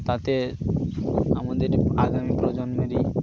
তাতে আমাদের আগামী প্রজন্মেরই